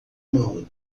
mão